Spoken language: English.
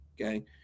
okay